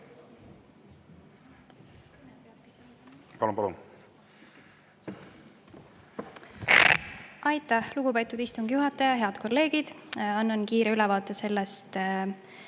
Lahe. Palun! Aitäh, lugupeetud istungi juhataja! Head kolleegid! Annan kiire ülevaate selle